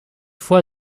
fois